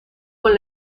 con